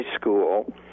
school